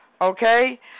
okay